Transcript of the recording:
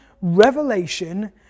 revelation